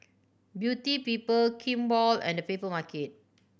Beauty People Kimball and Papermarket